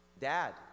Dad